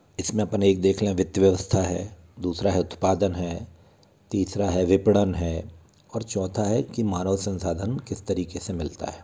इस में अपन एक देख लें वित्त व्यवस्था है दूसरा है उत्पादन है तीसरा है विपणन है और चौथा है कि मानव संसाधन किस तरीक़े से मिलता है